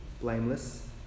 blameless